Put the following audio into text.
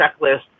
checklist